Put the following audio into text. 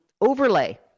overlay